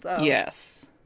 Yes